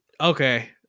Okay